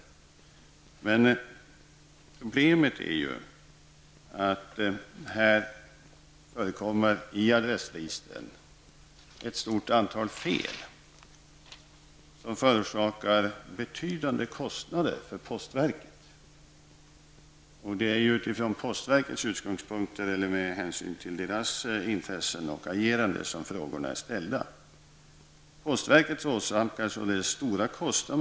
Men problemet är att det i adressregistren förekommer ett stort antal fel som förorsakar postverket betydande kostnader. Det är med anledning av postverkets intressen och agerande som frågorna är ställda. Postverket åsamkas stora kostnader.